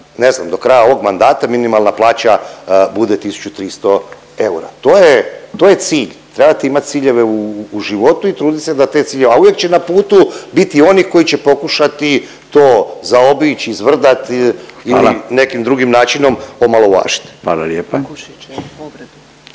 ne znam do kraja ovog mandata minimalna plaća bude 1.300 eura, to je, to je cilj, trebate imat ciljeve u životu i trudit se da te ciljeve, a uvijek će na putu biti oni koji će pokušati to zaobić, izvrdat ili… …/Upadica Radin: Hvala./…